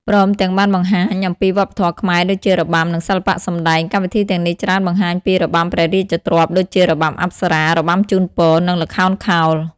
ព្រមទាំងបានបង្ហាញអំពីវប្បធម៌ខ្មែរដូចជា របាំ និងសិល្បៈសម្តែង កម្មវិធីទាំងនេះច្រើនបង្ហាញពី របាំព្រះរាជទ្រព្យ ដូចជា របាំអប្សរា របាំជូនពរ និងល្ខោនខោល។